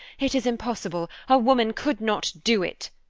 it is impossible. a woman could not do it,